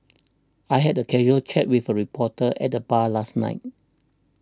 I had a casual chat with a reporter at the bar last night